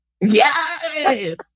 Yes